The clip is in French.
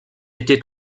été